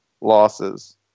losses